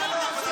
איזו אמת.